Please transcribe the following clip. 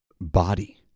body